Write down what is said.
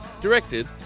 Directed